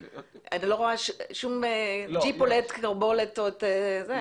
אני לא רואה שום ג'יפ עולה את כרבולת או את --- לא,